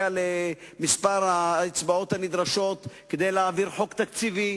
למספר האצבעות הנדרשות כדי להעביר חוק תקציבי,